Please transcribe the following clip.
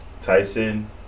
Tyson